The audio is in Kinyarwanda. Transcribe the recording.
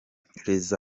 les